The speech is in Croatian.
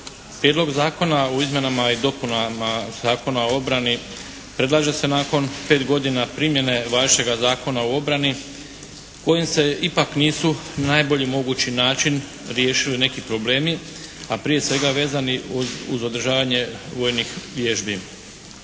Prijedlog zakona o izmjenama i dopunama Zakona o obrani predlaže se nakon pet godina primjene važećega Zakona o obrani kojim se ipak nisu na najbolji mogući način riješili neki problemi a prije svega vezani uz održavanje vojnih vježbi.